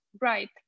right